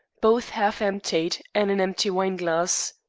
both half-emptied, and an empty wineglass.